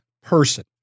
person